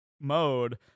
mode